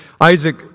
Isaac